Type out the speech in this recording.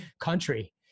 country